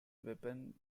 weapon